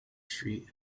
street